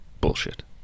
Bullshit